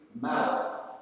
mouth